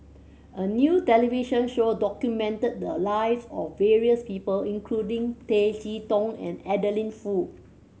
a new television show documented the live of various people including Tay Chee Toh and Adeline Foo